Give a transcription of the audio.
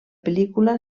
pel·lícula